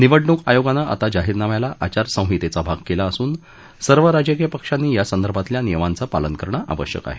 निवडणूक आयोगानं आता जाहीरनाम्याला आचारसंहितेचा भाग केलं असून सर्व राजकीय पक्षांनी यासंदर्भातल्या नियमांचं पालन करणं आवश्यक आहे